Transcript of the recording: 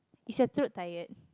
is your throat tired